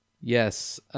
Yes